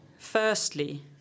Firstly